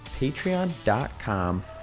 patreon.com